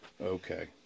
Okay